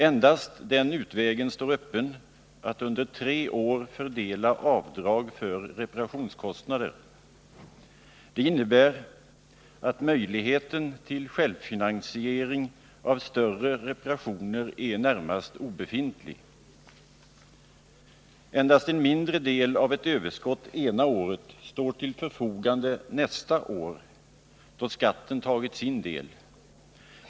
Endast den utvägen står öppen att under tre år fördela avdrag för reparationskostnader. Detta innebär att möjligheten till självfinansiering av större reparationer är närmast obefintlig. Endast en mindre del av ett överskott ena året står till förfogande nästa år då skatten tagit sin del.